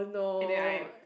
and then I